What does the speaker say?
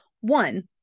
one